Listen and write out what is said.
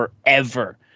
forever